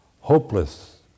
hopeless